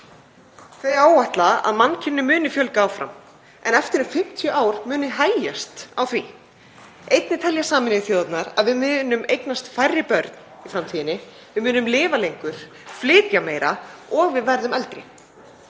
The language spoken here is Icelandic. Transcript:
Hún áætlar að mannkyninu muni fjölga áfram en eftir 50 ár muni hægjast á því. Einnig telja Sameinuðu þjóðirnar að við munum eignast færri börn í framtíðinni, lifa lengur, flytja meira og við verðum eldri.